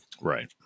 Right